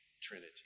Trinity